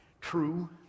true